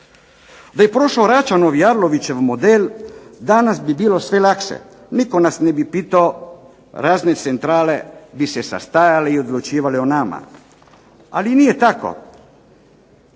Da je prošao Račanov i Arlovićev model, danas bi bilo sve lakše, nitko nas ne bi pitao razne centrale bi se sastajale i odlučivale o nama. Ali nije tako,